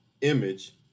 image